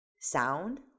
sound